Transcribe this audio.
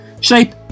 shape